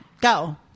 go